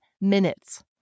minutes